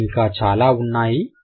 ఇవి ఇంకా చాలా ఉన్నాయి